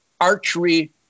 archery